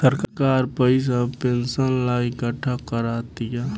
सरकार पइसा पेंशन ला इकट्ठा करा तिया